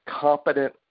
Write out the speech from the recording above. competent